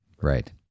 Right